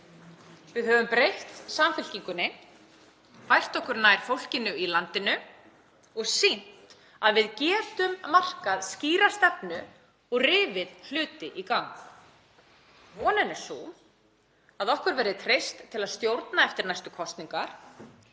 Við höfum breytt Samfylkingunni, fært okkur nær fólkinu í landinu og sýnt að við getum markað skýra stefnu og rifið hluti í gang. Vonin er sú að okkur verði treyst til að stjórna eftir næstu kosningar